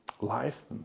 life